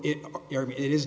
it is